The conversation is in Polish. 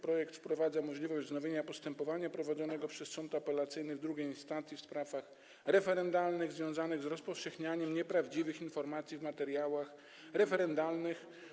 Projekt wprowadza możliwość wznowienia postępowania prowadzonego przez sąd apelacyjny w drugiej instancji w sprawach referendalnych związanych z rozpowszechnianiem nieprawdziwych informacji w materiałach referendalnych.